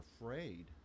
afraid